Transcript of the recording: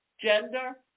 gender